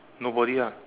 nobody ah